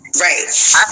Right